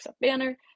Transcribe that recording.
Banner